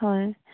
হয়